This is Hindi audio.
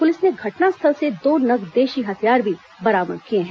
पुलिस ने घटनास्थल से दो नग देशी हथियार भी बरामद किए हैं